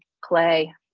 clay